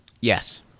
yes